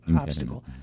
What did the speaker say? obstacle